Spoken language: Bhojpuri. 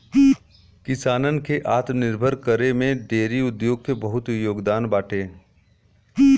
किसानन के आत्मनिर्भर करे में डेयरी उद्योग के बहुते योगदान बाटे